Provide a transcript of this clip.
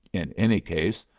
in any case,